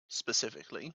specifically